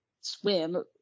swim